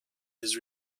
his